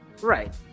Right